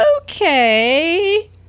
okay